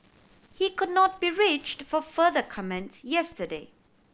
he could not be reached for further comments yesterday